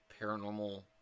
paranormal